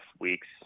weeks